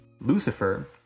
Lucifer